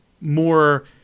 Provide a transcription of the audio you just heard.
more